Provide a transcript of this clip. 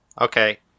Okay